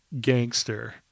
gangster